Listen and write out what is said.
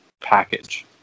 package